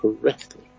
correctly